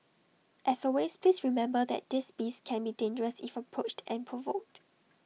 as always please remember that these beasts can be dangerous if approached and provoked